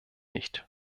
nicht